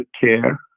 care